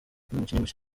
mushya